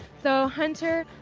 so hunter,